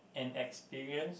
an experience